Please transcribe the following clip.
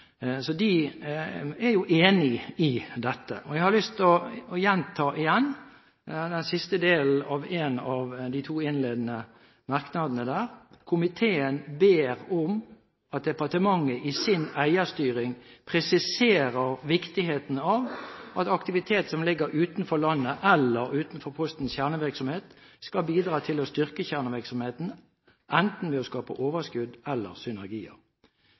så de er jo enig i dette. Jeg har lyst til å gjenta den siste delen av en av de to innledende merknadene der: «Komiteen ber om at departementet i sin eierstyring presiserer viktigheten av at aktivitet som ligger utenfor landet eller utenfor Postens kjernevirksomhet skal bidra til å styrke kjernevirksomheten, enten ved å skape overskudd eller synergier.»